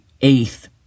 eighth